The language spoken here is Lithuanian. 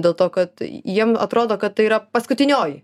dėl to kad jiem atrodo kad tai yra paskutinioji